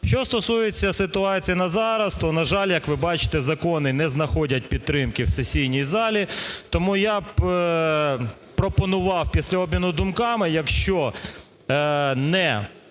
Що стосується ситуації на зараз. То, на жаль, як ви бачите, закони не знаходять підтримки в сесійній залі. Тому я пропонував після обміну думками, якщо не